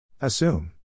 Assume